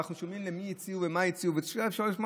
ואנחנו שומעים למי הציעו ומה הציעו, ואפשר לשמוע.